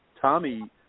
Tommy